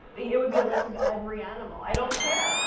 it would be a list of every animal. i don't care.